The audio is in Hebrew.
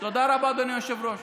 תודה רבה, אדוני היושב-ראש.